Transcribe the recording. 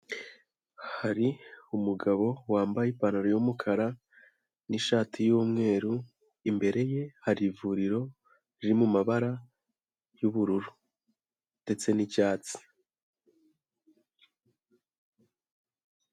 Hari umugabo wambaye ipantaro y'umukara n'ishati y'umweru, imbere ye hari ivuriro riri mu mabara y'ubururu ndetse n'icyatsi.